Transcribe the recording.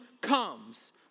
comes